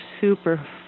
super